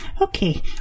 okay